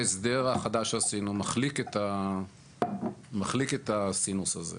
ההסדר החדש שעשינו מחליק את הסינוס הזה